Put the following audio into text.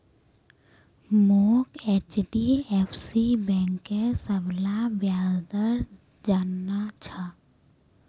मोक एचडीएफसी बैंकेर सबला ब्याज दर जानना छ